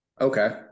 Okay